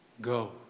go